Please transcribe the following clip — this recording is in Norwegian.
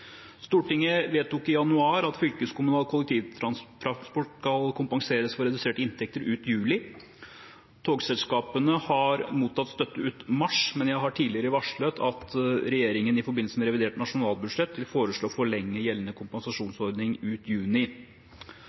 Stortinget vedtok i januar at fylkeskommunal kollektivtransport skal kompenseres for reduserte inntekter ut juli. Togselskapene har mottatt støtte ut mars, men jeg har tidligere varslet at regjeringen i forbindelse med revidert nasjonalbudsjett vil foreslå å forlenge gjeldende kompensasjonsordning ut juni.